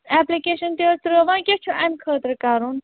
application تہِ حظ ترٛٲو وۅنۍ کیٛاہ چھُ اَمہِ خٲطرٕ کَرُن